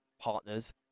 partners